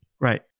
Right